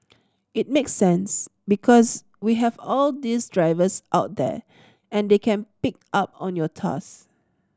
it makes sense because we have all these drivers out there and they can pick up on your task